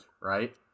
right